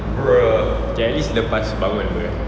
okay ah at least lepas bangun [pe]